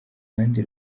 kandi